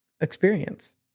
experience